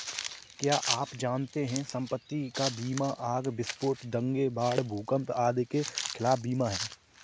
क्या आप जानते है संपत्ति का बीमा आग, विस्फोट, दंगे, बाढ़, भूकंप आदि के खिलाफ बीमा है?